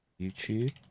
YouTube